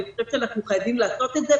אני חושבת שאנחנו חייבים לעשות את זה.